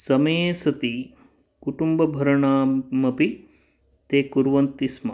समये सति कुटम्बभरणामपि ते कुर्वन्ति स्म